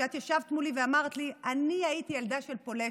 שאת ישבת מולי ואמרת לי: אני הייתי ילדה של פולשת,